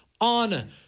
on